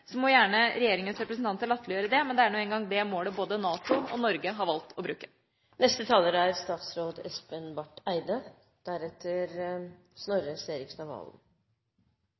Så må gjerne regjeringens representanter latterliggjøre det, men det er nå en gang det målet både NATO og Norge har valgt å bruke. Jeg vil først si på slutten av denne debatten at jeg er